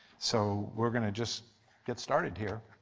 so we are going to just get started here.